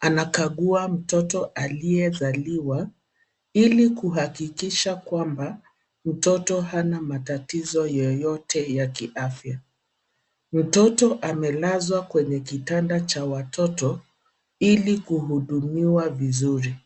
anakagua mtoto aliyezaliwa ili kuhakikisha kwamba mtoto hana matatizo yoyote ya kiafya. Mtoto amelazwa kwenye kitanda cha watoto ili kuhudumiwa vizuri.